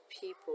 people